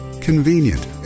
Convenient